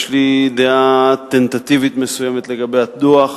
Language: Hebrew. יש לי דעה טנטטיבית מסוימת לגבי הדוח,